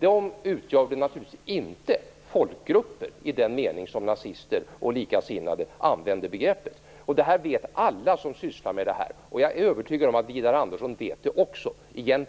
De utgjorde naturligtvis inte folkgrupper i den mening som nazister och likasinnade använde begreppet. Detta vet alla som sysslar med det här. Jag är övertygad om att Widar Andersson egentligen också vet